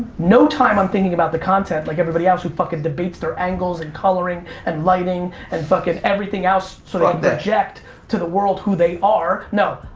no time i'm thinking about the content like everybody else who fucking debates their angles and coloring and lighting and fucking everything else sort of the object to the world who they are no,